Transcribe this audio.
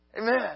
Amen